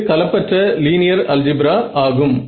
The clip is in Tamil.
இது கலப்பற்ற லீனியர் அல்ஜிப்ரா ஆகும்